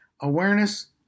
awareness